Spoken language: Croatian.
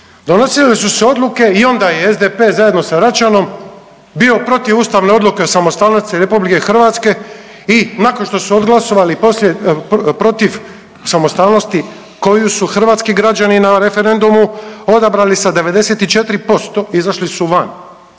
Donosile su se odluke i onda je i SDP zajedno sa Račanom bio protiv ustavne odluke o samostalnosti Republike Hrvatske i nakon što su odglasovali poslije protiv samostalnosti koju su hrvatski građani na referendumu odabrali sa 94% izašli su van.